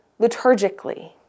liturgically